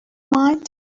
mind